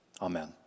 Amen